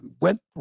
went